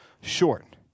short